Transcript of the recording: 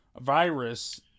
virus